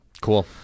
cool